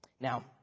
Now